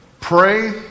pray